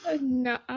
No